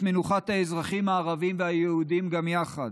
מנוחת האזרחים הערבים והיהודים גם יחד.